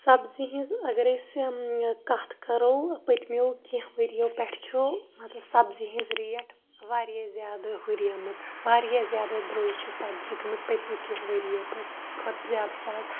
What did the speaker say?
سَبزی ہٕنٛز اَگر أسۍ کَتھ کرو پَتۍمٮ۪و کیٚنٛہہ ؤرۍیو پٮ۪ٹھ چھُ مطلب سَبزی ہٕنٛز ریٹ واریاہ زیادٕ ہُریمٕژ واریاہ زیادٕ دروٚجۍ چھِ سبزی گٔمٕژ پَتمٮ۪و کٚیٚنٛہہ ؤرۍیو پٮ۪ٹھ کھوتہٕ زیادٕ چھ اَتھ